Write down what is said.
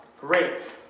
great